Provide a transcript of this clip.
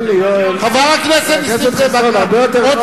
אני רוצה, חבר הכנסת נסים זאב, עד כאן.